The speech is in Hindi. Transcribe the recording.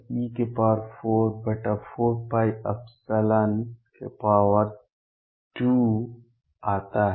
m22Z2e44π02 आता है